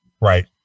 Right